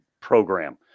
program